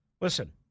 listen